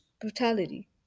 brutality